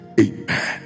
Amen